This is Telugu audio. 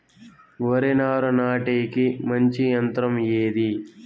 వరి నారు నాటేకి మంచి యంత్రం ఏది?